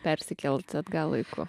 persikelti atgal laiku